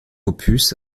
opus